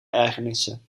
ergernissen